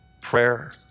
prayer